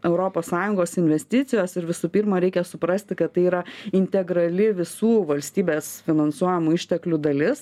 europos sąjungos investicijos ir visų pirma reikia suprasti kad tai yra integrali visų valstybės finansuojamų išteklių dalis